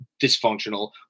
dysfunctional